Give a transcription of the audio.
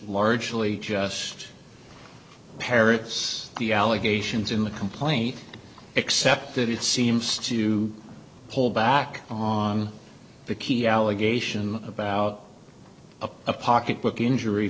largely just parrots the allegations in the complaint except that it seems to pull back on the key allegation about a pocketbook injury